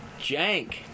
Jank